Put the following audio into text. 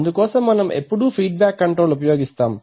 అందుకోసం మనం ఎప్పుడూ ఫీడ్ బ్యాక్ కంట్రోల్ ఉపయోగిస్తాం